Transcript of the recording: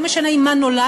לא משנה עם מה נולדנו,